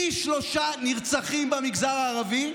פי שלושה נרצחים במגזר הערבי,